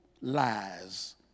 lies